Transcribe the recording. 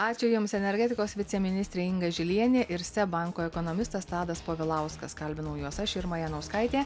ačiū jums energetikos viceministrė inga žilienė ir seb banko ekonomistas tadas povilauskas kalbinau juos aš irma janauskaitė